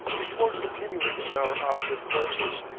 before continuing on our opposite courses.